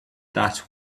that